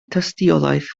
tystiolaeth